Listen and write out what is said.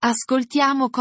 Ascoltiamo